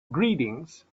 greetings